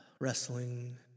wrestling